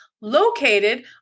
located